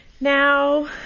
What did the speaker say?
Now